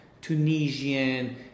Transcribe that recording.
Tunisian